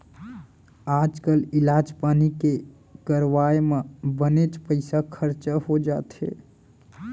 आजकाल इलाज पानी के करवाय म बनेच पइसा खरचा हो जाथे